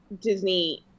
Disney